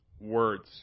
words